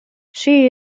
she